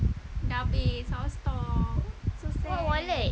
what wallet